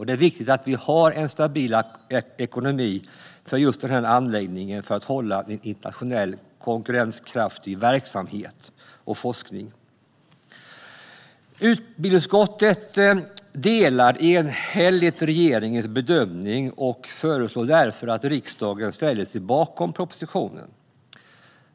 Det är viktigt att anläggningen har stabil ekonomi för att upprätthålla internationellt konkurrenskraftig verksamhet och forskning. Utbildningsutskottet delar enhälligt regeringens bedömning och föreslår därför att riksdagen ställer sig bakom propositionen.